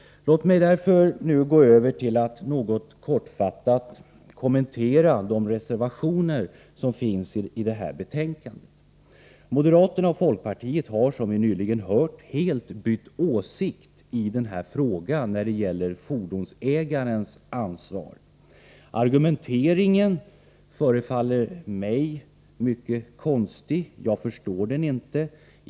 Låt mig nu gå över till att kortfattat kommentera de reservationer som finns i betänkandet. Moderaterna och folkpartisterna har, som vi nyss hört, helt bytt åsikt i frågan om fordonsägarens ansvar. Argumenteringen förefaller mig mycket konstig— jag förstår den inte.